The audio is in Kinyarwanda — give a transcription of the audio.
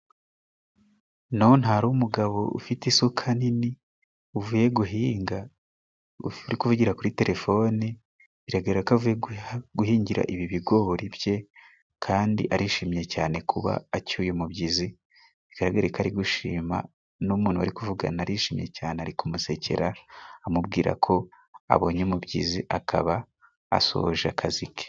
No ntari umugabo ufite isuka nini uvuye guhinga, uri kuvugira kuri telefone biragaragara ko avuye guhingira ibi bigori bye kandi arishimye cyane kuba acyuye umubyizi. Bigaragare ko ari gushima n'umuntu bari kuvugana arishimye cyane ari kumusekera amubwira ko abonye umubyizi akaba asohoje akazi ke.